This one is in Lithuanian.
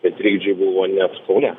tie trikdžiai buvo net kaune